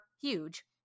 huge